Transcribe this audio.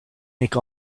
make